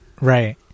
Right